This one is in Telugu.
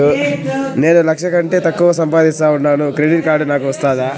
నేను లక్ష కంటే తక్కువ సంపాదిస్తా ఉండాను క్రెడిట్ కార్డు నాకు వస్తాదా